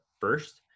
first